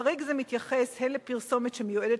חריג זה מתייחס הן לפרסומת שמיועדת